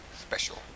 special